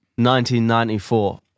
1994